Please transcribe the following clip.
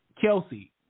Kelsey